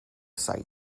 site